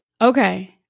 Okay